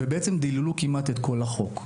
ודיללו כמעט את כל החוק.